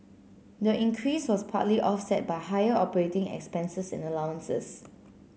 the increase was partly offset by higher operating expenses and allowances